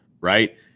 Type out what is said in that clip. right